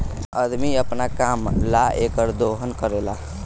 अदमी अपना काम ला एकर दोहन करेला